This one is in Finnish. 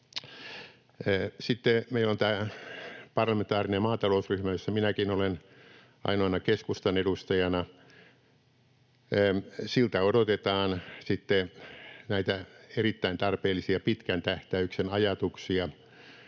Sitten meillä on tämä parlamentaarinen maatalousryhmä, jossa minäkin olen, ainoana keskustan edustajana. Siltä odotetaan sitten näitä erittäin tarpeellisia pitkän tähtäyksen ajatuksia,